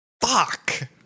Fuck